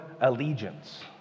allegiance